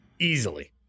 easily